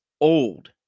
old